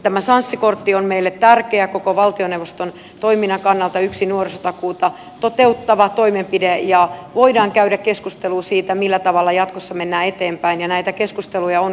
tämä sanssi kortti on meille tärkeä koko valtioneuvoston toiminnan kannalta yksi nuorisotakuuta toteuttava toimenpide ja voidaan käydä keskustelua siitä millä tavalla jatkossa mennään eteenpäin ja näitä keskusteluja on kyllä käyty